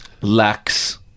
lacks